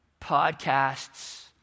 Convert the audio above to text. Podcasts